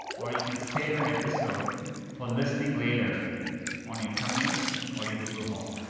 or you can save an episode for listening later on your commute or your google home.